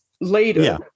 later